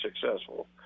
successful